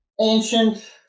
ancient